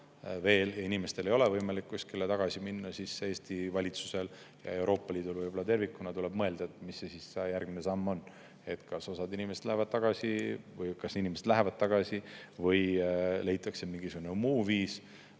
ja inimestel ei ole võimalik kuskile tagasi minna, tuleb Eesti valitsusel ja Euroopa Liidul tervikuna mõelda, mis see järgmine samm on: kas osa inimesi läheb tagasi või kas inimesed lähevad tagasi või leitakse mingisugune muu viis.